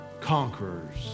conquerors